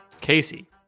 Casey